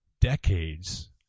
decades